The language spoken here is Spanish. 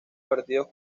partidos